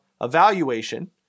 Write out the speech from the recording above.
evaluation